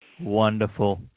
Wonderful